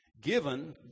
given